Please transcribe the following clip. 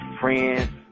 friends